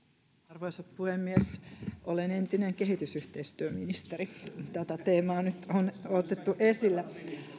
arvoisa puhemies olen entinen kehitysyhteistyöministeri kun tätä teemaa nyt on otettu esille